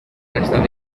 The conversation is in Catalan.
estat